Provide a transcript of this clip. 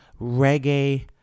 reggae